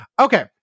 Okay